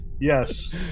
Yes